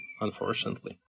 unfortunately